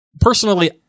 personally